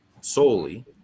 solely